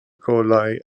golau